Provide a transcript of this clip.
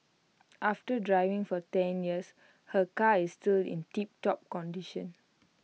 after driving for ten years her car is still in tiptop condition